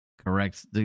Correct